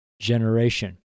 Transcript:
generation